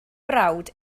brawd